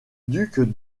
duc